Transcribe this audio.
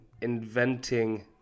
inventing